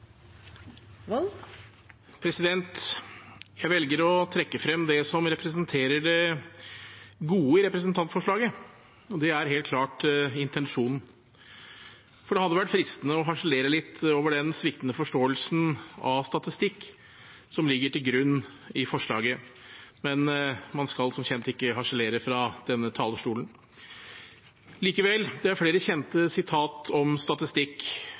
Jeg velger å trekke frem det som representerer det gode i representantforslaget, og det er helt klart intensjonen. Det hadde vært fristende å harselere litt over den sviktende forståelsen av statistikk som ligger til grunn i forslaget, men man skal som kjent ikke harselere fra denne talerstolen. Likevel: Det er flere kjente sitater om statistikk,